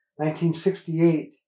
1968